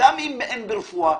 גם אם אין ברפואה,